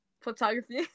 photography